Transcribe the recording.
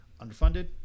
underfunded